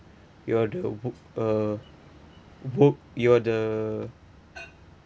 ya you're the work uh work you're the